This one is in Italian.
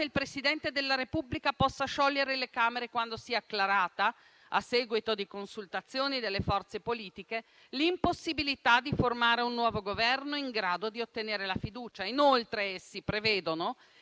Presidente della Repubblica possa sciogliere le Camere quando sia acclarata, a seguito di consultazioni delle forze politiche, l'impossibilità di formare un nuovo Governo in grado di ottenere la fiducia. Inoltre, essi prevedono che